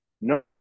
No